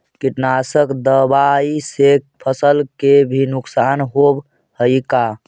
कीटनाशक दबाइ से फसल के भी नुकसान होब हई का?